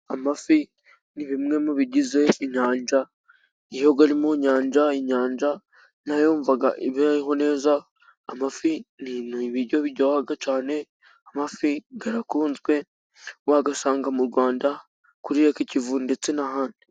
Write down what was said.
Amafi ni bimwe mu bigize inyanja, iyo ari mu nyanja, inyanja nayo yumva ibayeho neza, amafi ni ibiryo biryoha cyane, amafi arakunzwe, wayasanga mu Rwanda, kuri raki Kivu, ndetse n'ahandi.